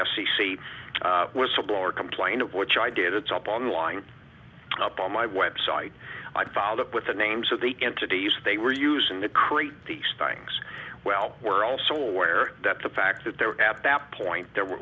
c whistleblower complaint of which i did it's up online up on my website i followed up with the names of the entities they were using to create these things well we're also aware that the fact that there were at that point there were